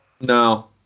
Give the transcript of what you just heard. No